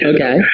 Okay